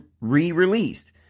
re-released